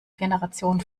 generation